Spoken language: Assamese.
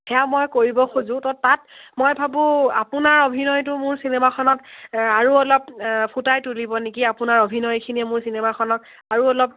সেয়া মই কৰিব খোজোঁ তো তাত মই ভাবোঁ আপোনাৰ অভিনয়টো মোৰ চিনেমাখনত আৰু অলপ ফুটাই তুলিব নেকি আপোনাৰ অভিনয়খিনিয়ে মোৰ চিনেমাখনক আৰু অলপ